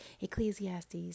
Ecclesiastes